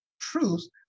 truth